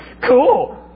cool